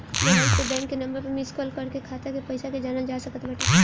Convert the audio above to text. mobile से bank के number पअ मिस काल कर के खाता के पईसा के जानल जा सकत बाटे